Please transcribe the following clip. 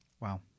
Wow